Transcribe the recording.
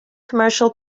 commercial